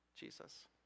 Jesus